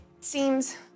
seems